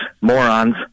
morons